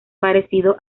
parecido